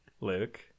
Luke